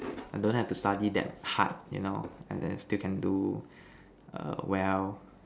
I don't have to study that hard you know and then still can do err well